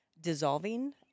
dissolving